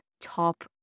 top